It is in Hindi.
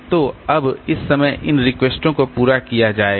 तो अब इस समय इन रिक्वेस्टों को पूरा किया जाएगा